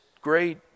great